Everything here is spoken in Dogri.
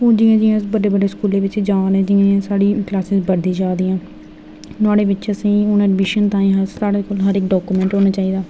उन जियां जियां अस बड्डे बड्डे स्कूलें बिच्च जा करने जि'यां जि'यां साढ़ी क्लासीस बधददियां जा दियां नुआढ़े बिच्च असेंगी हून अडमीशन ताईं हर इक डाकूमेंट होना चाहिदा